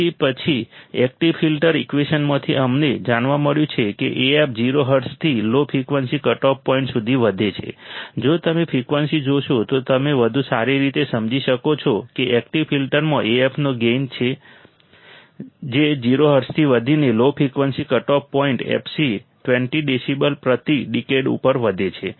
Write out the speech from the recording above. તેથી પછી active filter ઈકવેશનમાંથી અમને જાણવા મળ્યું છે કે Af 0 હર્ટ્ઝથી લો ફ્રિકવન્સી કટઓફ પોઇન્ટ સુધી વધે છે જો તમે સ્ક્રીન જોશો તો તમે વધુ સારી રીતે સમજી શકશો કે એકટીવ ફિલ્ટરમાં Af નો ગેઈન છે જે 0 હર્ટ્ઝથી વધીને low frequency cutoff point fc 20 decibel પ્રતિ ડિકેડ ઉપર વધે છે